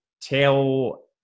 tell